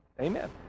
Amen